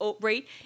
right